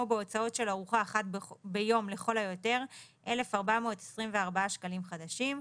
בהוצאות של ארוחה אחת ביום לכל היותר - 1,424 שקלים חדשים.